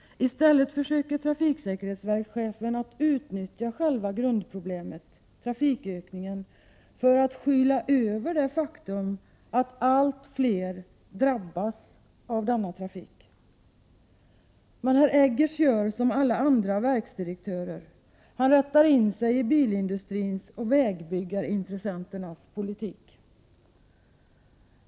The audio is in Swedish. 1988/89:104 försöker chefen för trafiksäkerhetsverket att utnyttja själva grundproblemet — trafikökningen — för att skyla över det faktum att allt fler drabbas av effekterna av denna trafik. Men herr Eggertz gör som alla andra verksdirektörer. Han anpassar sig till bilindustrins och vägbyggarintressenternas politik.